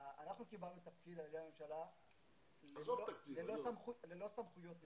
אנחנו קיבלנו תפקיד על ידי הממשלה ללא סמכויות משמעותיות.